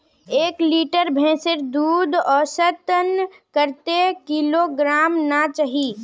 एक लीटर भैंसेर दूध औसतन कतेक किलोग्होराम ना चही?